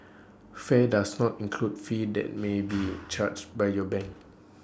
fare does not include fees that may be charged by your bank